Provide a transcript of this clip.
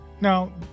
now